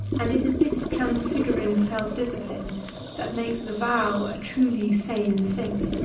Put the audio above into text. and it is this transfiguring self discipline that makes the vow a truly sane thing.